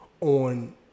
on